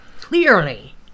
clearly